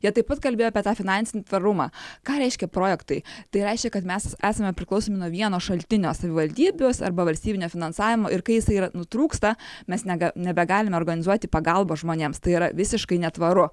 jie taip pat kalbėjo apie tą finansinį tvarumą ką reiškia projektai tai reiškia kad mes esame priklausomi nuo vieno šaltinio savivaldybės arba valstybinio finansavimo ir kai jisai yra nutrūksta mes nega nebegalime organizuoti pagalbos žmonėms tai yra visiškai netvaru